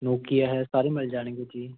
Nokia ਹੈ ਸਾਰੇ ਮਿਲ ਜਾਣਗੇ ਜੀ